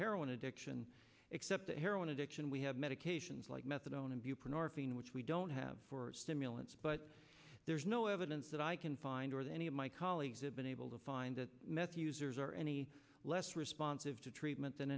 heroin addiction except that heroin addiction we have medications like methadone and buprenorphine which we don't have for stimulants but there's no evidence that i can find or that any of my colleagues have been able to find that meth users are any less responsive to treatment than